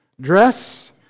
dress